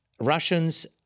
Russians